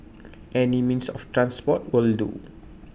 any means of transport will do